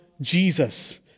Jesus